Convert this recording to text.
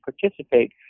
participate